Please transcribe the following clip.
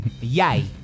Yay